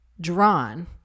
drawn